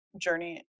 journey